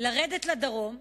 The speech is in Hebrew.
לרדת לדרום,